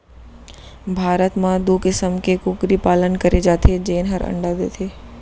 भारत म दू किसम के कुकरी पालन करे जाथे जेन हर अंडा देथे